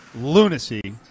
lunacy